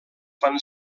van